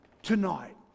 Tonight